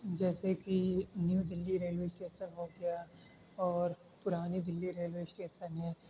جیسے کہ new Delhi railway station ہو گیا اور پرانی دلّی ریل وے اسٹیسن ہے